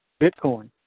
Bitcoin